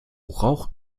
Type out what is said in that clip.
rauch